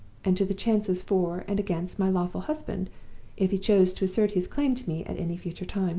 and to the chances for and against my lawful husband if he chose to assert his claim to me at any future time.